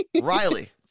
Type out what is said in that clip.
Riley